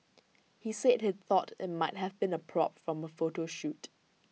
he said he thought IT might have been A prop from A photo shoot